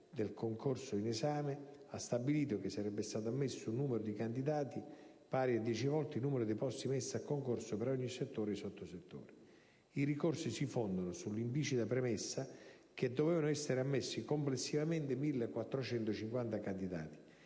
del concorso in esame ha stabilito che sarebbe stato ammesso un numero di candidati pari a dieci volte il numero dei posti messi a concorso per ogni settore o sottosettore. I ricorsi si fondano sull'implicita premessa che dovessero essere ammessi complessivamente 1.450 candidati;